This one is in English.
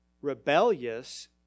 rebellious